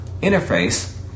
interface